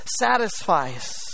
satisfies